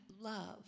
love